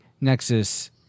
Nexus